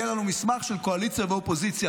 יהיה לנו מסמך של קואליציה ואופוזיציה.